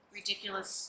ridiculous